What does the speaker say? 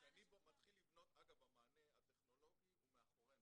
המענה הטכנולוגי הוא מאחורינו,